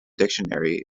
dictionary